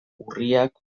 urriak